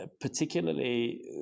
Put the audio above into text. particularly